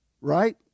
Right